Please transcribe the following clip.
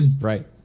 Right